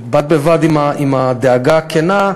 בד בבד עם הדאגה הכנה,